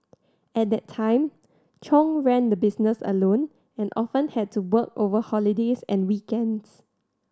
at that time Chung ran the business alone and often had to work over holidays and weekends